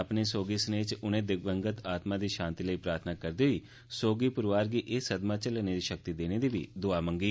अपने सोगी सनेह् च उनें दिवंगत आत्मा दी शांति लेई प्रार्थना करदे होई सोगी परोआर गी एह् सदमा झल्लने दी शक्ति देने दी दूआ मंगी